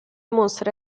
mostra